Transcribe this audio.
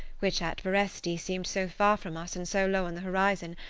which at veresti seemed so far from us and so low on the horizon,